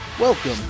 Welcome